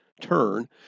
turn